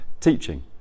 teaching